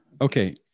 Okay